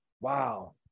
wow